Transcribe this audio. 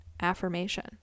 affirmation